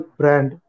brand